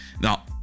Now